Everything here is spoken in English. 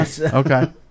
Okay